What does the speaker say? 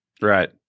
Right